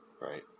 right